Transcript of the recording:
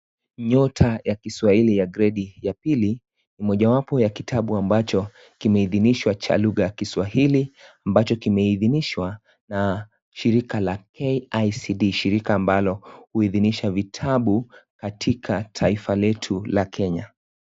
Nyota ya kiswahili ya kredi ya pili, mojawapo ya kitabu ambacho kimeidhinishwa cha lugha ya Kiswahili ambacho kimehidhinishwa na shirika la KICD shirika ambalo huidhinisha vitabu katika taifa letu la kenya.